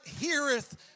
heareth